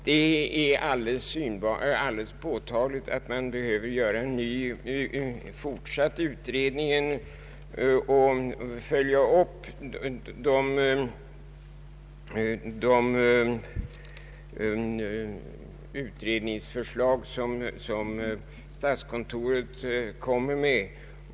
Det är påtagligt att det behövs en fortsatt utredning för att följa upp de förslag som statskontoret kommit med.